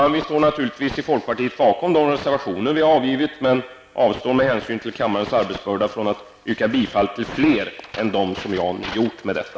Folkpartiet står naturligtvis även bakom de övariga reservationer som vi avgivit men avstår med hänsyn till kammarens arbetsbörda från att yrka bifall till dessa.